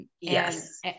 Yes